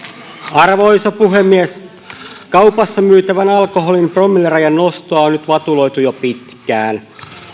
arvoisa puhemies kaupassa myytävän alkoholin promillerajan nostoa on nyt vatuloitu jo pitkään